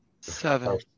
Seven